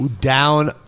down